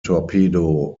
torpedo